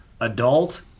adult